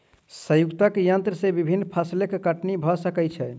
संयुक्तक यन्त्र से विभिन्न फसिलक कटनी भ सकै छै